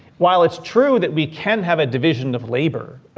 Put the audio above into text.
while it's true that we can have a division of labor,